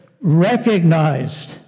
recognized